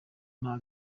nta